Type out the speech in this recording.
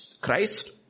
Christ